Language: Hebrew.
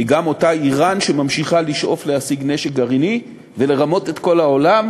היא גם אותה איראן שממשיכה לשאוף להשיג נשק גרעיני ולרמות את כל העולם,